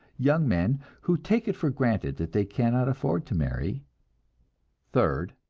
young men who take it for granted that they cannot afford to marry third,